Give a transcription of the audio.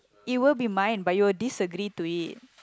it will be mine but you will disagree to it